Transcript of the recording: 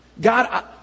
God